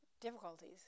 difficulties